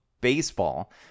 baseball